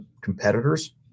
competitors